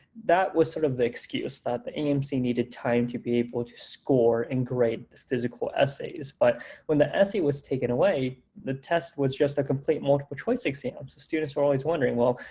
that was sort of the excuse that the aamc needed time to be able to score and grade physical essays. but when the essay was taken away, the test was just a complete multiple choice exam. so students were always wondering, well,